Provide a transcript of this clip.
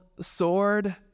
sword